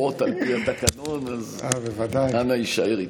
המותרות על פי התקנון, אז אנא הישאר איתנו.